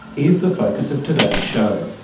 is the focus of today's show.